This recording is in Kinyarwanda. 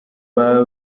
baba